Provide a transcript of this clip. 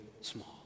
small